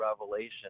revelation